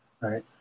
right